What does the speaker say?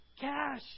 Cash